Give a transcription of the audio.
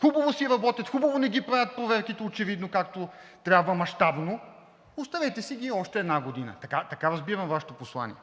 Хубаво си работят, хубаво не ги правят проверките очевидно както трябва, мащабно, оставете си ги още една година. Така разбирам Вашето послание.